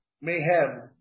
Mayhem